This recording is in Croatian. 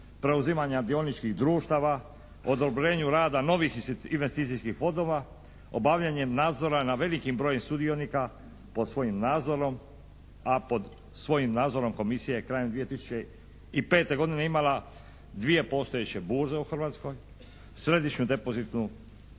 preuzimanja dioničkih društava, odobrenju rada novih investicijskih fondova, obavljanjem nadzora nad velikim brojem sudionika po svojim nadzorom, a po svojim nadzorom komisija je krajem 2005. godine imala dvije postojeće burze u Hrvatskoj, središnju depozitarnu